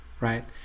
Right